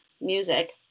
music